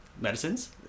medicines